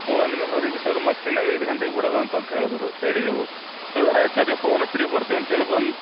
ಹ್ಞೂ ಅಂದ ಮೇಲೆ ಅವರಿಗೆ ಸರ್ ಮಸ್ಕಿನಾಗೆ ಐದು ಗಂಟೆಗೆ ಬಿಡೋದು ಅಂತಂತ ಹೇಳಿದ್ರು ಹೇಳಿದೆವು ಹೇಳಿದ್ರ ಆಯ್ತು ಸರ್ ನೀವು ಫೋನ್ ಹಚ್ಚಿರಿ ಬರ್ತೀವಿ ಅಂತೇಳಿ ಬಂದು